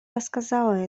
рассказала